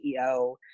CEO